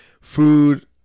food